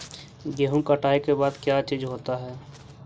गेहूं कटाई के बाद का चीज होता है?